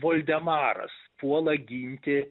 voldemaras puola ginti